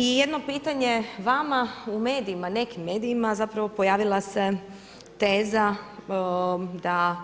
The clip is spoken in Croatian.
I jedno pitanje, vama u medijima, nekim medijima, zapravo pojavila se teza, da